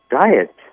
diet